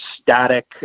static